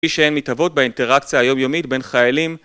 כפי שהן מתהוות באינטראקציה היום יומית בין חיילים